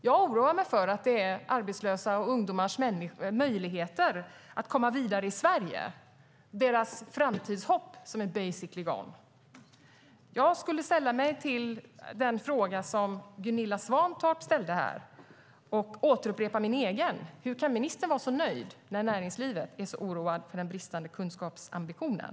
Jag oroar mig för att det är arbetslösas och ungdomars möjligheter att komma vidare i Sverige, deras framtidshopp, som är basically gone. Jag vill ställa mig bakom Gunilla Svantorps fråga och upprepa min egen. Hur kan ministern vara så nöjd när man inom näringslivet är så oroad för den bristande kunskapsambitionen?